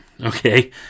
okay